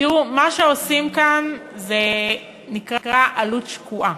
תראו, מה שעושים כאן נקרא עלות שקועה.